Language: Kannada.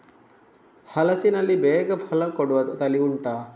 ಹಲಸಿನಲ್ಲಿ ಬೇಗ ಫಲ ಕೊಡುವ ತಳಿ ಉಂಟಾ